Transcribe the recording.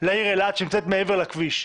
לעיר אלעד שנמצאת מעבר לכביש?